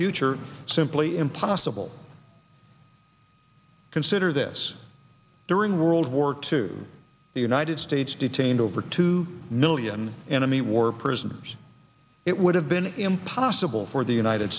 future simply impossible consider this during world war two the united states detained over two million anomie war prisoners it would have been impossible for the united